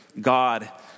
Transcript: God